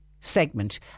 segment